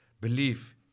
belief